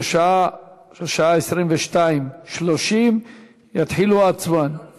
בשעה 22:30 יתחילו ההצבעות,